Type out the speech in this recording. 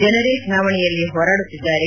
ಜನರೇ ಚುನಾವಣೆಯಲ್ಲಿ ಹೋರಾಡುತ್ತಿದ್ಲಾರೆ